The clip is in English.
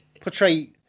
portray